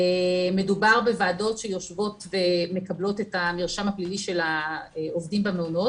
מדובר בוועדות שיושבות ומקבלות את המרשם הפלילי של העובדים במעונות.